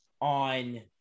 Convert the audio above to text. on